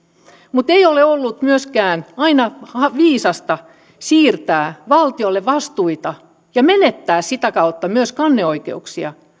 mutta ei ole ollut myöskään aina viisasta siirtää valtiolle vastuita ja menettää sitä kautta myös kanneoikeuksia